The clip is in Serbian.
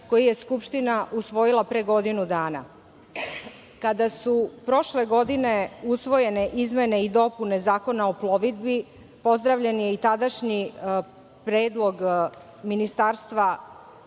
koji je Skupština usvojila pre godinu dana. Kada su prošle godine usvojene izmene i dopune Zakona o plovidbi, pozdravljen je i tadašnji predlog da Ministarstvo